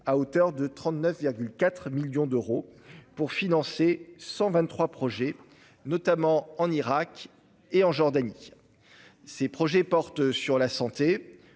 à hauteur de 39,4 millions d'euros, pour financer 123 projets, notamment en Irak et en Jordanie. Ces projets portent sur la santé,